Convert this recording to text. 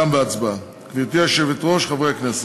גם בהצבעה: גברתי היושבת-ראש, חברי הכנסת,